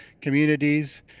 communities